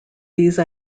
these